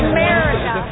America